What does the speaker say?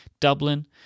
Dublin